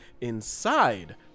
inside